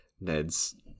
Ned's